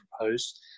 proposed